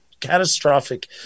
catastrophic